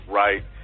right